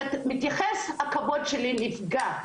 שמתייחס ככה, הכבוד שלי נפגע.